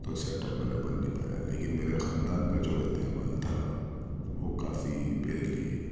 تو set up میرا بن نہیں پایا لیکن میرے خاندان کا جو رد عمل تھا وہ کافی میرے لیے